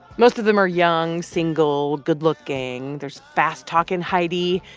most of them are young, single, good-looking. there's fast-talking heidi,